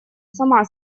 сама